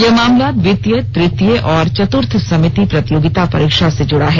यह मामला द्वितीय तृतीय और चतुर्थ समिति प्रतियोगिता परीक्षा से जुड़ा है